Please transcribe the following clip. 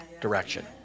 direction